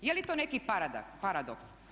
Je li to neki paradoks?